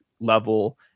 level